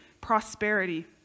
prosperity